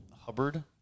Hubbard